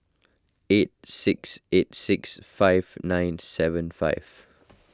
eight six eight six five nine seven five